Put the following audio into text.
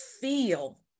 feel